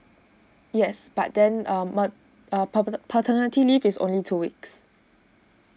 yes but then um mat err pater paternity leave is only two weeks